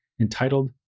entitled